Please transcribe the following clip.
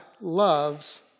loves